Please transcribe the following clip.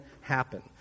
happen